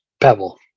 Pebble